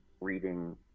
reading